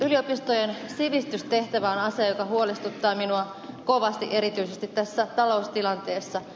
yliopistojen sivistystehtävä on asia joka huolestuttaa minua kovasti erityisesti tässä taloustilanteessa